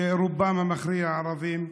שברובן המכריע נפגעו ערבים.